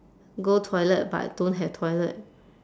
go toilet but don't have toilet